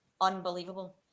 unbelievable